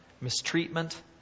mistreatment